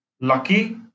lucky